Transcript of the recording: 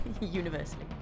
Universally